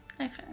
okay